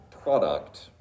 product